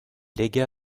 légua